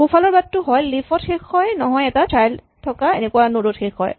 সোঁফালৰ বাটটো হয় লিফ ত শেষ নহয় এটা চাইল্ড থকা এনেকুৱা নড ত শেষ হয়